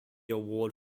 award